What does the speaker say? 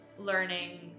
Learning